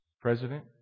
president